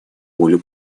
волю